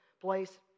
place